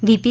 V P